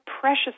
precious